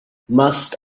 must